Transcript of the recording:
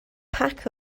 pack